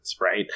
Right